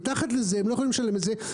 מתחת לזה הם לא יכולים לשלם את זה.